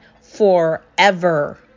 forever